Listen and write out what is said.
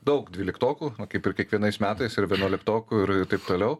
daug dvyliktokų kaip ir kiekvienais metais ir vienuoliktokų ir taip toliau